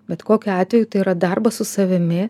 bet kokiu atveju tai yra darbas su savimi